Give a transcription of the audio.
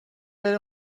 بریم